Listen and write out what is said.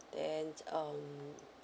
then um